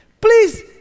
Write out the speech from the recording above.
Please